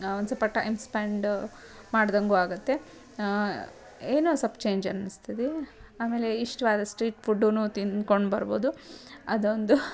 ಒಂದು ಸ್ವಲ್ಪ time spend ಮಾಡಿದಂಗೂ ಆಗುತ್ತೆ ಏನೋ ಸಲ್ಪ ಚೇಂಜ್ ಅನಿಸ್ತದೆ ಆಮೇಲೆ ಇಷ್ಟವಾದ ಸ್ಟ್ರೀಟ್ ಫುಡ್ಡೂ ತಿನ್ಕೊಂಡು ಬರ್ಬೋದು ಅದೊಂದು